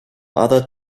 other